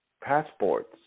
passports